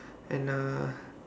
and uh